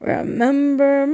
Remember